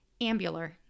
Ambular